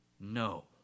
no